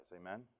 amen